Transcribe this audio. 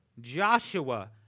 Joshua